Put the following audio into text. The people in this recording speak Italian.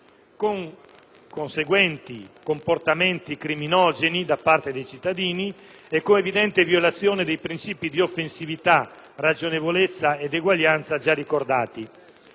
con conseguenti comportamenti criminogeni da parte dei cittadini ed evidente violazione dei principi di offensività, ragionevolezza ed uguaglianza già ricordati.